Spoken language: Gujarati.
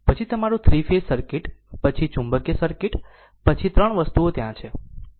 પછી તમારું 3 ફેઝ સર્કિટ પછી ચુંબકીય સર્કિટ પછી 3 વસ્તુઓ ત્યાં છે